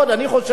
אני חושב.